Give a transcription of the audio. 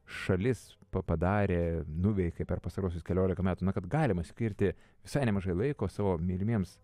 šalis pa padarė nuveikė per pastaruosius keliolika metų kad galima skirti visai nemažai laiko savo mylimiems